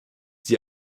sie